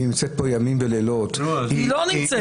היא נמצאת פה ימים ולילות --- היא לא נמצאת.